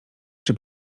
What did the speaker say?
czy